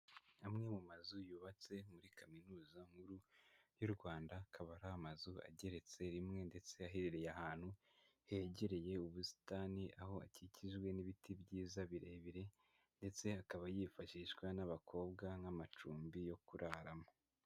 Amwe mu mazu yubatse muri Kaminuza Nkuru y'u Rwanda akaba ari amazu ageretse rimwe, ndetse aherereye ahantu hegereye ubusitani aho akikijwe n'ibiti byiza birebire, ndetse akaba yifashishwa n'abakobwa nk'amacumbi yo kuraramo.